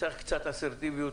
נכון, צריך קצת אסרטיביות.